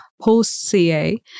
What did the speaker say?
post-CA